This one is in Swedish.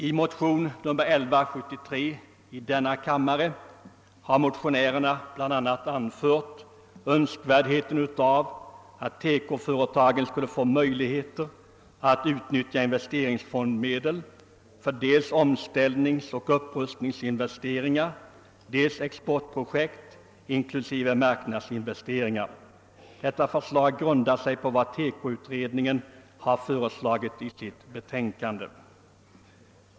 I motion II: 1173 pekar motionärerna bl.a. på önskvärdheten av att TEKO-företagen får möjligheter att utnyttja investeringsfondsmedel för dels omställningsoch upprustningsinvesteringar, dels exportprojekt inklusive marknadsinvesteringar. Motionsförslagen grundar sig på vad TEKO-utredningen har föreslagit i sitt betänkande.